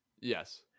Yes